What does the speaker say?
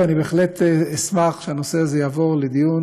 אני בהחלט אשמח שהנושא הזה יעבור לדיון